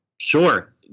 Sure